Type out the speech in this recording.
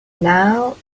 now